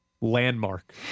landmark